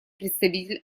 представитель